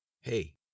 Hey